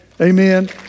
Amen